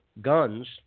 guns